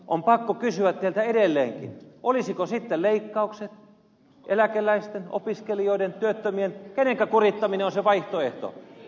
on pakko kysyä teiltä edelleenkin olisivatko sitten leikkaukset eläkeläisten opiskelijoiden työttömien vai kenenkä kurittaminen se vaihtoehto